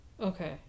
okay